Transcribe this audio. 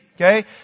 okay